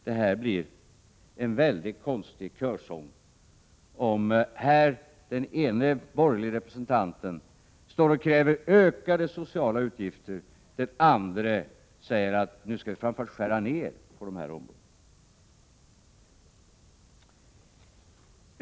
Det blir en mycket underlig körsång om den ene borgerlige representanten står och kräver ökade sociala utgifter, medan den andre säger att nu skall vi framför allt skära ner på dessa områden.